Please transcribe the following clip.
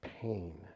pain